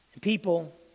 People